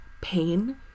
pain